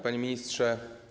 Panie Ministrze!